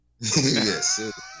Yes